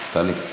בבקשה, אדוני.